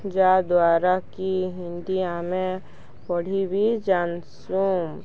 ଯାଦ୍ୱାରା କି ହିନ୍ଦୀ ଆମେ ପଢ଼ି ବିି ଜାନ୍ସୁଁ